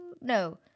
no